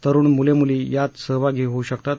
तरुण मुलं मुली यात सहभागी होऊ शकतात